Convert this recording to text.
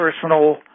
personal